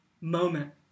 moment